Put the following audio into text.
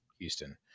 Houston